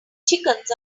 chickens